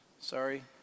sorry